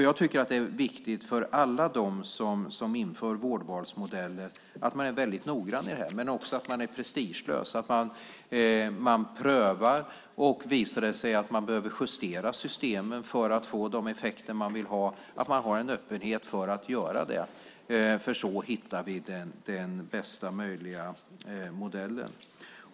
Jag tycker att det är viktigt för alla som inför vårdvalsmodeller att man är väldigt noggrann men också prestigelös, att man prövar, och visar det sig att man behöver justera systemen för att få de effekter man vill ha ska man ha en öppenhet för att göra det. Så hittar vi den bästa möjliga modellen.